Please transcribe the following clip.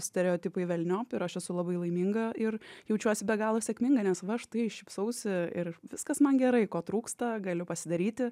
stereotipai velniop ir aš esu labai laiminga ir jaučiuosi be galo sėkminga nes va štai šypsausi ir viskas man gerai ko trūksta galiu pasidaryti